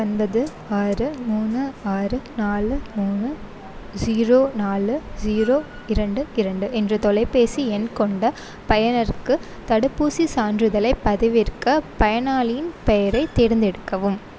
ஒன்பது ஆறு மூணு ஆறு நாலு மூணு ஜீரோ நாலு ஜீரோ இரண்டு இரண்டு என்ற தொலைப்பேசி எண் கொண்ட பயனருக்கு தடுப்பூசி சான்றுதழைப் பதிவிறக்க பயனாளியின் பெயரைத் தேர்ந்தெடுக்கவும்